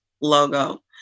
logo